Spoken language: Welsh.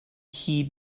hyd